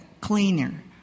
cleaner